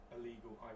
illegal